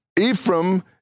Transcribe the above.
Ephraim